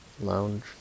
lounge